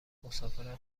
مسافرت